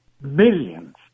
millions